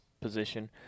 position